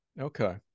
Okay